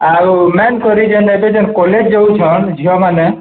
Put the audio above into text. ଆଉ କରି ଯେଉଁ ଏବେ ଯେଉଁ କଲେଜ ଯାଉଛନ୍ତି ଝିଅମାନେ